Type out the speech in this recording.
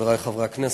חברי חברי הכנסת,